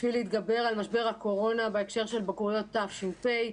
כדי להתגבר על משבר הקורונה בהקשר של בגרויות תש"ף.